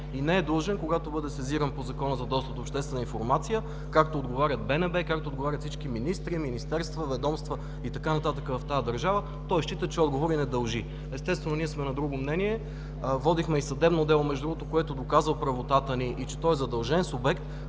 и не е длъжен когато бъде сезиран по Закона за достъп до обществена информация, както отговаря БНБ, всички министри, министерства, ведомства и така нататък в тази държава, той счита, че не дължи отговор. Естествено, ние сме на друго мнение. Водихме и съдебно дело между другото, което доказа правотата ни и че той е задължен субект,